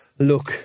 Look